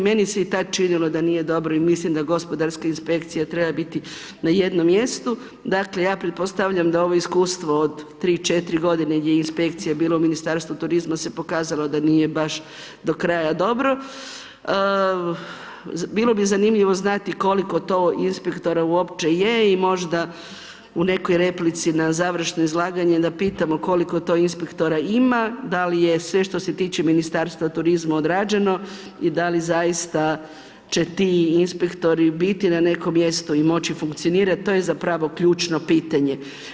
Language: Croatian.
Meni se i tad činilo da nije dobro i mislim da gospodarska inspekcija treba biti na jednom mjestu dakle ja pretpostavljam da ovo iskustvo od 3, 4 g. gdje je inspekcija bilo u Ministarstvu turizma se pokazalo da nije baš do kraja dobro, bilo bi zanimljivo znati koliko to inspektora uopće je i možda u nekoj replici na završno izlaganje da pitamo koliko to inspektora ima, da li je sve što se tiče Ministarstva turizma odrađeno i da li zaista će ti inspektori biti na nekom mjestu i moći funkcionirat, to je zapravo ključno pitanje.